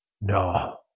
No